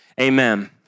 amen